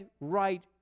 right